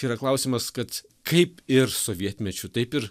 yra klausimas kad kaip ir sovietmečiu taip ir